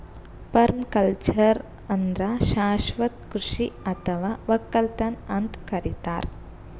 permaculture ಅಂದ್ರ ಶಾಶ್ವತ್ ಕೃಷಿ ಅಥವಾ ವಕ್ಕಲತನ್ ಅಂತ್ ಕರಿತಾರ್